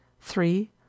three